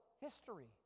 History